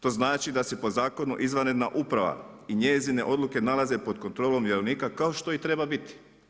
To znači da se po zakonu izvanredna uprava i njezine odluke nalaze pod kontrolom vjerovnika kao što i treba biti.